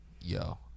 Yo